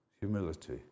Humility